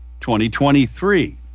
2023